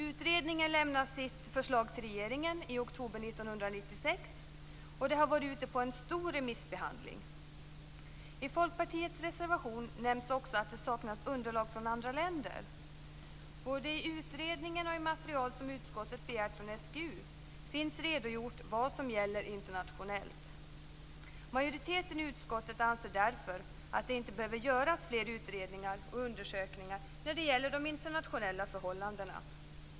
Utredningen lämnade sitt förslag till regeringen i oktober 1996 och det har varit ute på en stor remissbehandling. I Folkpartiets reservation nämns också att det saknas underlag från andra länder. I utredningen och i det material som utskottet begärt från SGU finns redogjort vad som gäller internationellt. Majoriteten i utskottet anser därför att det inte behöver göras fler utredningar och undersökningar när det gäller de internationella förhållandena.